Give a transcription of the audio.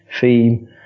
theme